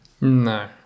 No